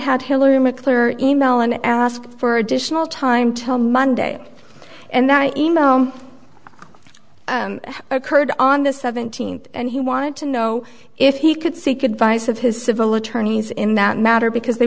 had hillary mcclure email and ask for additional time till monday and the email occurred on the seventeenth and he wanted to know if he could seek advice of his civil attorneys in that matter because they